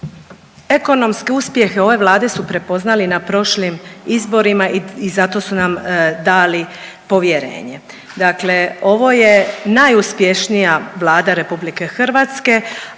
ekonomske uspjehe ove Vlade su prepoznali na prošlim izborima i zato su nam dali povjerenje. Dakle ovo je najuspješnija Vlada RH, a vi ste